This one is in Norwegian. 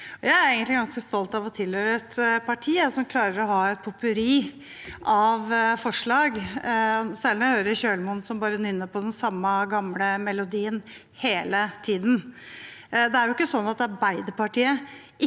egentlig ganske stolt av å tilhøre et parti som klarer å ha et potpurri av forslag, særlig når jeg hører Kjølmoen, som bare nynner på den samme gamle melodien hele tiden. Det er ikke sånn at Arbeiderpartiet ikke